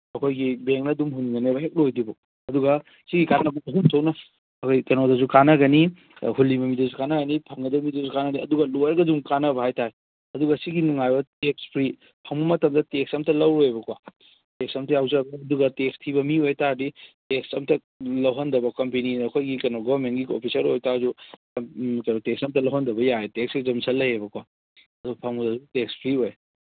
ꯑꯩꯈꯣꯏꯒꯤ ꯕꯦꯡꯅ ꯑꯗꯨꯝ ꯍꯨꯟꯒꯅꯦꯕ ꯍꯦꯛ ꯂꯣꯏꯗ꯭ꯔꯤꯕ ꯐꯥꯎꯕ ꯑꯗꯨꯒ ꯁꯤꯒꯤ ꯑꯩꯈꯣꯏ ꯀꯩꯅꯣꯗꯁꯨ ꯀꯥꯟꯅꯒꯅꯤ ꯍꯨꯜꯂꯤꯕ ꯃꯤꯗꯁꯨ ꯀꯥꯟꯅꯒꯅꯤ ꯐꯪꯒꯗꯧꯕ ꯃꯤꯗꯁꯨ ꯀꯥꯟꯅꯒꯅꯤ ꯑꯗꯨꯒ ꯂꯣꯏꯔꯒꯁꯨ ꯑꯃꯨꯛ ꯀꯥꯟꯅꯕ ꯍꯥꯏꯕ ꯇꯥꯔꯦ ꯑꯗꯨꯒ ꯁꯤꯒꯤ ꯅꯨꯡꯉꯥꯏꯕ ꯇꯦꯛꯁ ꯐ꯭ꯔꯤ ꯐꯪꯕ ꯃꯇꯝꯗ ꯇꯦꯛꯁ ꯑꯃꯠꯇ ꯂꯧꯔꯣꯏꯌꯦꯕꯀꯣ ꯇꯦꯛꯁ ꯑꯃꯠꯇ ꯑꯗꯨꯒ ꯇꯦꯛꯁ ꯊꯤꯕ ꯃꯤ ꯑꯣꯏꯕ ꯇꯥꯔꯒꯗꯤ ꯇꯦꯛꯁ ꯑꯃꯠꯇ ꯂꯧꯍꯟꯗꯕ ꯑꯩꯈꯣꯏꯒꯤ ꯀꯩꯅꯣ ꯒꯣꯃꯦꯟꯒꯤ ꯑꯣꯐꯤꯁꯥꯔ ꯑꯣꯏꯕ ꯇꯥꯔꯁꯨ ꯇꯦꯛꯁ ꯑꯃꯠꯇ ꯂꯧꯍꯟꯗꯕ ꯌꯥꯏ ꯇꯦꯛꯁ ꯔꯤꯖꯦꯝꯁꯟ ꯂꯩꯌꯦꯕꯀꯣ ꯑꯗꯨ ꯐꯪꯕꯗꯁꯨ ꯇꯦꯛꯁ ꯐ꯭ꯔꯤ ꯑꯣꯏꯔꯅꯤ